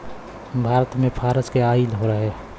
भारत मे फारस से आइल रहे